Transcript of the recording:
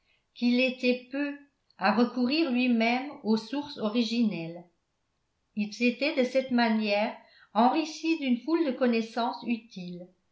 qu'il l'était peu à recourir lui-même aux sources originelles il s'était de cette manière enrichi d'une foule de connaissances utiles